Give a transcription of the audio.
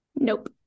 Nope